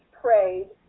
prayed